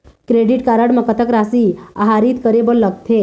Credit card म कतक राशि आहरित करे बर लगथे?